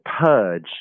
purge